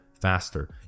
faster